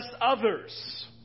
others